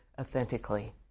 authentically